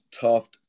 tough